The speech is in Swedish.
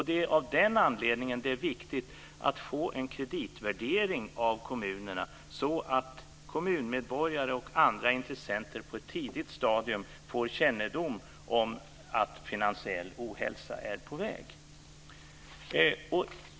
Det är av den anledningen som det är viktigt att få en kreditvärdering av kommunerna, så att kommunmedborgare och andra intressenter på ett tidigt stadium får kännedom om att finansiell ohälsa är på väg.